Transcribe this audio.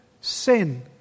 sin